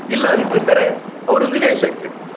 ಇಲ್ಲದ್ದಿದ್ದರೆ ಅವರು ವಿದೇಶಕ್ಕೆ